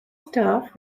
turf